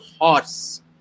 horse